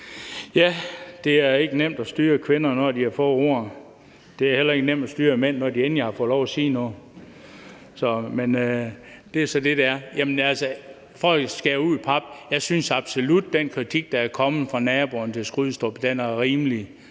Ja, det er ikke nemt at styre kvinder, når de har fået ordet; det er heller ikke nemt at styre mænd, når de endelig har fået lov at sige noget. Men det er så sådan, det er. For at skære det ud i pap: Jeg synes absolut, den kritik, der er kommet fra naboerne til Skrydstrup, er rimelig,